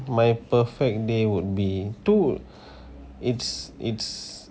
my perfect day would be dude it's it's